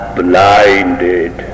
blinded